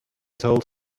told